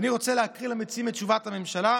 ואני רוצה להקריא למציעים את תשובת הממשלה: